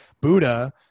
Buddha